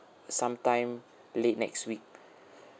some time late next week